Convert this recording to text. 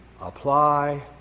apply